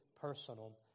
personal